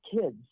kids